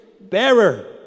bearer